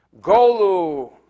Golu